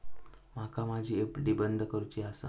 माका माझी एफ.डी बंद करुची आसा